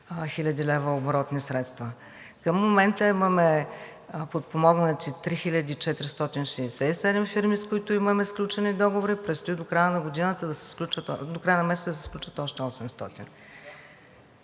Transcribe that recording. хил. лв. оборотни средства. Към момента имаме подпомогнати 3467 фирми, с които имаме сключени договори. Предстои до края на месеца да се сключат още 800.